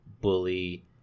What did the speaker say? bully